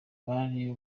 bari